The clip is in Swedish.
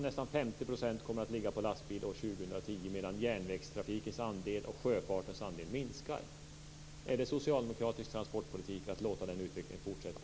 Nästan 50 % kommer att utföras på lastbil år 2010, medan järnvägens och sjöfartens andelar minskar. Är det socialdemokratisk transportpolitik att låta den utvecklingen fortsätta?